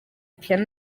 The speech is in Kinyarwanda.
piano